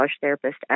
therapist